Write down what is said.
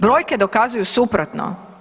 Brojke dokazuju suprotno.